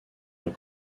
d’un